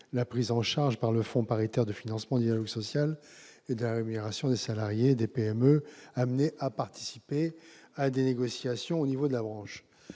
la prise en charge par le Fonds paritaire de financement du dialogue social de la rémunération des salariés des PME amenés à participer à des négociations au niveau de la branche.